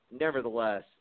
nevertheless